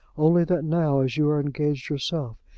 only that now, as you are engaged yourself,